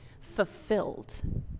fulfilled